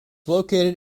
located